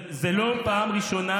כלפון, אתה